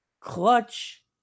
Clutch